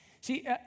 See